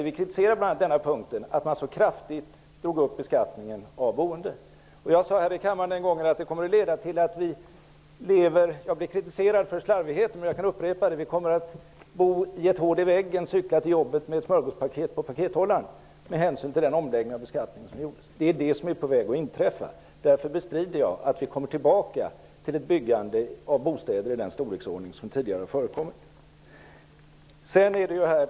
Vi kritiserade bl.a. att man så kraftigt drog upp beskattningen av boendet, och jag sade här i kammaren den gången -- jag blev kritiserad för slarvighet, men jag kan upprepa det -- att den omläggning som gjordes skulle leda till att vi fick bo i ett hål i väggen och cykla till jobbet med ett smörgåspaket på pakethållaren. Det är detta som är på väg att inträffa, och därför bestrider jag att vi kommer tillbaka till ett byggande av bostäder i den storleksordning som tidigare förekommit.